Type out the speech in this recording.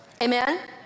Amen